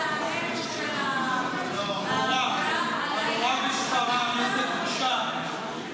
--- המורה משפרעם, איזה בושה.